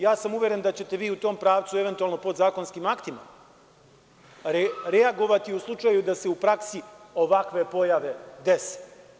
Ja sam uveren da ćete vi u tom pravcu eventualno podzakonskim aktima reagovati u slučaju da se u praksi ovakve pojave dese.